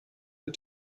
mit